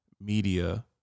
media